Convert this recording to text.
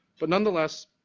but, nonetheless,